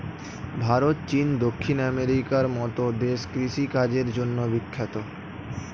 ভারত, চীন, দক্ষিণ আমেরিকার মতো দেশ কৃষি কাজের জন্যে বিখ্যাত